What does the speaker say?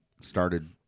started